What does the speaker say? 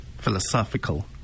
philosophical